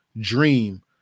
dream